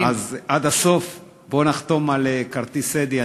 אז עד הסוף, בוא נחתום על כרטיס "אדי".